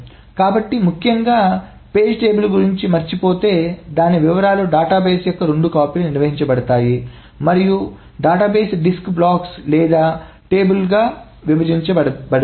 కాబట్టి ముఖ్యంగా పేజీ పట్టికల గురించి మర్చిపోతే దాని వివరాలు డేటాబేస్ యొక్క రెండు కాపీలు నిర్వహించబడతాయి మరియు డేటాబేస్ డిస్క్ బ్లాక్స్ లేదా పేజీలుగా విభజించబడింది